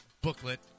booklet